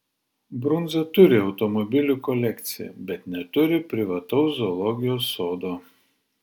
brunza turi automobilių kolekciją bet neturi privataus zoologijos sodo